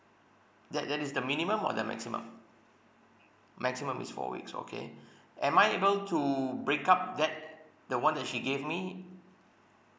that that is the minimum or the maximum maximum is four weeks okay am I able to break up that the one that she gave me